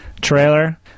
trailer